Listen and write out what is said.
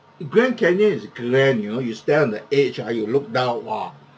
grand canyon is a grand you know you stand on the edge ah you look down !wah!